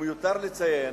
ומיותר לציין